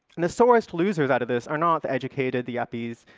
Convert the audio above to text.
and the sorest losers out of this are not the educated, the yuppies,